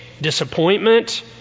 disappointment